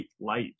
light